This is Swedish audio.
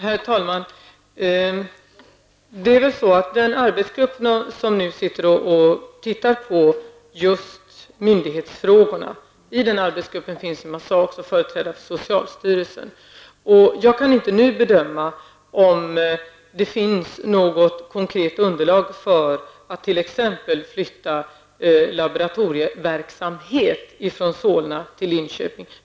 Herr talman! I den arbetsgrupp som nu ser på myndighetsfrågorna ingår också en företrädare för socialstyrelsen. Jag kan inte nu bedöma om det finns något konkret underlag för att t.ex. flytta laboratorieverksamhet från Solna till Linköping.